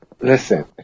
Listen